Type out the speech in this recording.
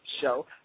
show